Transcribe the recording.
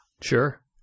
Sure